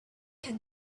can